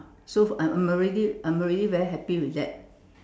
so I'm already I'm already very happy with that